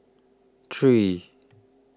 three